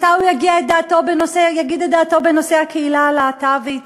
מתי הוא יגיד את דעתו בנושא הקהילה הלהט"בית?